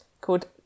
called